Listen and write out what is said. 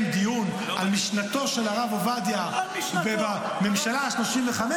דיון על משנתו של הרב עובדיה בממשלה ה-35,